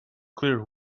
clear